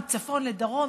מצפון לדרום,